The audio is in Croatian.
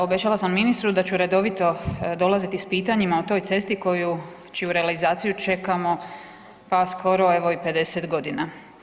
Obećala sam ministru da ću redovito dolaziti s pitanjima o toj cestu koju, čiju realizaciju čekamo pa skoro evo i 50 godina.